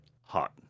hot